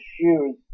shoes